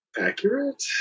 accurate